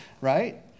right